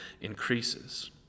increases